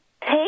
take